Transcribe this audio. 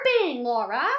Laura